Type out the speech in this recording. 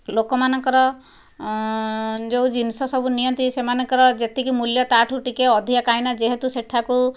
ଲୋକମାନଙ୍କର ଯେଉଁ ଜିନିଷ ସବୁ ନିଅନ୍ତି ସେମାନଙ୍କର ଯେତିକି ମୂଲ୍ୟ ତା ଠାରୁ ଟିକେ ଅଧିକା କାଇଁ ନା ଯେହେତୁ ସେଠାକୁ